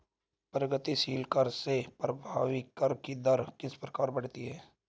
प्रगतिशील कर से प्रभावी कर की दर किस प्रकार बढ़ती है?